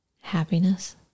happiness